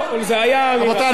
בבקשה.